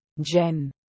Jen